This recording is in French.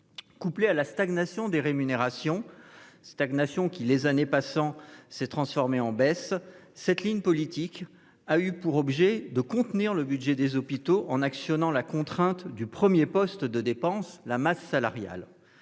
Conjuguée à la stagnation des rémunérations- stagnation qui, les années passant, s'est transformée en baisse -, cette ligne politique visait à contenir les budgets des hôpitaux en actionnant la contrainte du premier poste de dépense, la masse salariale.